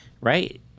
Right